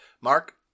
Mark